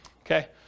Okay